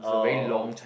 oh um